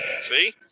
See